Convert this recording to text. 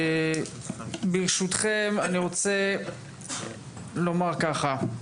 ברשותכם אני רוצה לומר ככה,